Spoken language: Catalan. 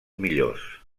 millors